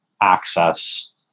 access